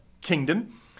kingdom